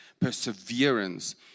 perseverance